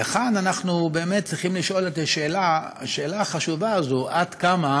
וכאן אנחנו באמת צריכים לשאול את השאלה החשובה הזו: עד כמה